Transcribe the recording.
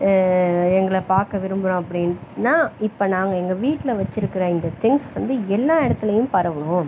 எங்களை பார்க்க விரும்புகிறோம் அப்படின்னா இப்போ நாங்கள் எங்கள் வீட்டில் வச்சுருக்கற இந்த திங்ஸ் வந்து எல்லா இடத்துலையும் பரவணும்